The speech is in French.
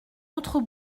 autre